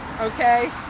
okay